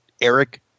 Eric